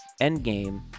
Endgame